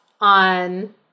on